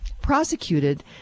prosecuted